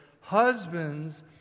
Husbands